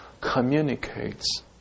communicates